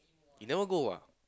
you never go ah